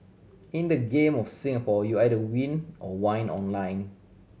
in the game of Singapore you either win or whine online